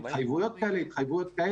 התחייבויות כאלה ואחרות.